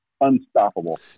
unstoppable